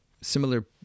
similar